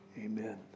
amen